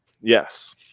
Yes